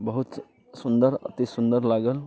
बहुत सुन्दर अति सुन्दर लागल